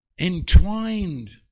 entwined